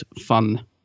fun